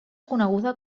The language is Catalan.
coneguda